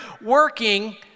working